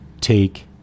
take